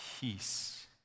peace